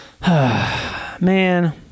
man